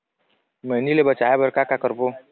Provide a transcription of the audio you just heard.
मैनी ले बचाए बर का का करबो?